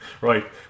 right